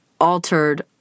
altered